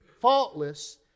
faultless